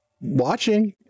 watching